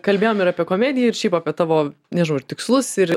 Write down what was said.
kalbėjom ir apie komediją ir šiaip apie tavo nežnau ir tikslus ir